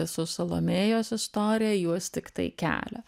su salomėjos istorija juos tiktai kelia